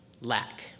lack